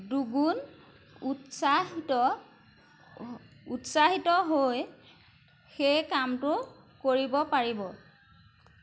দুগুণ উৎসাহিত উৎসাহিত হৈ সেই কামটো কৰিব পাৰিব